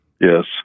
Yes